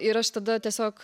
ir aš tada tiesiog